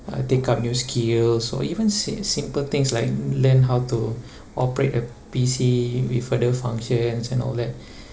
uh take up new skills or even sim~ simple things like learn how to operate a P_C with further functions and all that